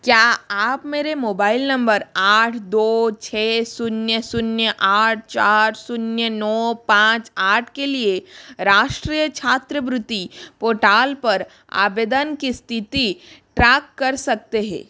क्या आप मेरे मोबाइल नंबर आठ दो छः शून्य शून्य आठ चार शून्य नौ पाँच आठ के लिए राष्ट्रीय छात्रवृत्ति पोर्टाल पर आवेदन कि स्तिथि ट्राक कर सकते हैं